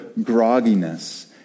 grogginess